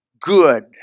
good